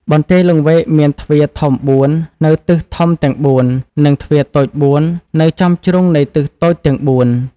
បន្ទាយលង្វែកមានទ្វារធំ ៤ នៅទិសធំទាំងបួន និងទ្វារតូច ៤ នៅចំជ្រុងនៃទិសតូចទាំងបួន។